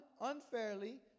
unfairly